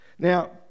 Now